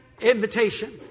invitation